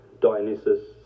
Dionysus